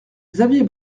xavier